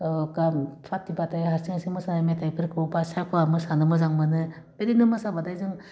गान फाथिबाथाइ हारसिं हारसिं मोसानाय मेथाइफोरखौ बा साफा मोसानो मोजां मोनो बेनिदो मोसाबाथाइ जों